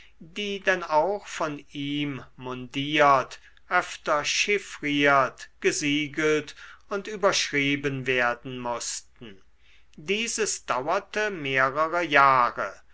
die denn auch von ihm mundiert öfter chiffriert gesiegelt und überschrieben werden mußten dieses dauerte mehrere jahre